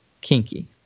Kinky